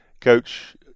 coach